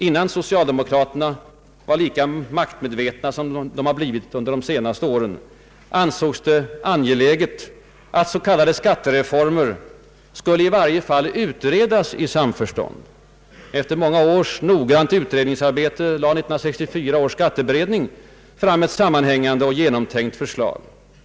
Innan socialdemokraterna var lika maktmedvetna som de nu blivit ansågs det angeläget att så kallade skattereformer skulle i varje fall utredas i samförstånd. Efter många års noggrant utredningsarbete lade 1964 års skatteberedning fram ett sammanhängande och genomtänkt förslag.